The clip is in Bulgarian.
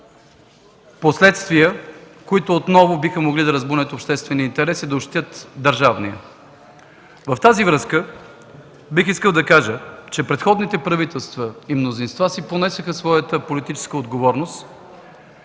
последствия, които отново биха могли да разбунят обществения интерес и да ощетят държавния. Във връзка с това бих искал да кажа, че предходните правителства и мнозинства си понесоха политическата отговорност.